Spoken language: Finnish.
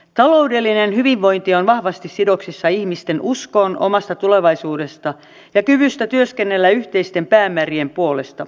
taloudellinen hyvinvointi on vahvasti sidoksissa ihmisten uskoon omasta tulevaisuudesta ja kykyyn työskennellä yhteisten päämäärien puolesta